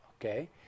okay